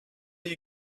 you